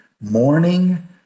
morning